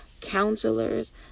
Counselors